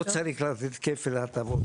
לא צריך לתת כפל הטבות,